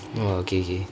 oh ah okay okay